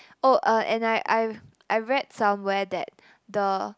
oh uh and I I I read somewhere that the